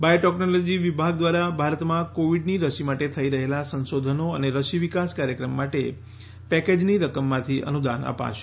biotechnology વિભાગ દ્વારા ભારતમાં કોવીડની રસી માટે થઈ રહેલા સંશોધનો અને રસી વિકાસ કાર્યક્રમ માટે પેકેજની રકમમાંથી અનુદાન અપાશે